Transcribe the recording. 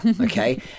okay